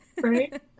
Right